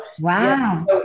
Wow